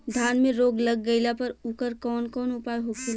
धान में रोग लग गईला पर उकर कवन कवन उपाय होखेला?